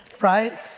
right